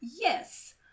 yes